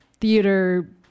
theater